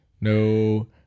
No